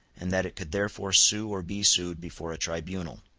and that it could therefore sue or be sued before a tribunal.